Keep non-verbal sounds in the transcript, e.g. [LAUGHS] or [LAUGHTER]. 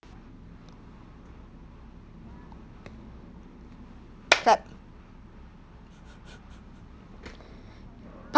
clap [LAUGHS] part